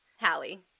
Hallie